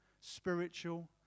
spiritual